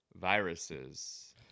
viruses